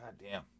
Goddamn